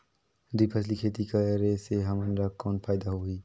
दुई फसली खेती करे से हमन ला कौन फायदा होही?